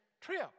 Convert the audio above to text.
trip